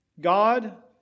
God